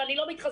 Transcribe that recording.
ואני לא מתחסנת,